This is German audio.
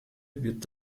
wird